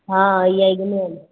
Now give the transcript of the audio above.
हॅं ई अङ्गनो